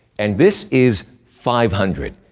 and this is five hundred,